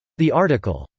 the article,